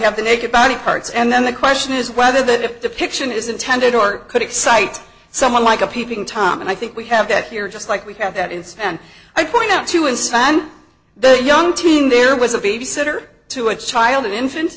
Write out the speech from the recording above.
have the naked body parts and then the question is whether that depiction is intended or could excite someone like a peeping tom and i think we have that here just like we have that is and i point out to unsigned the young teen there was a babysitter to a child an infant